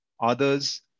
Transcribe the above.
others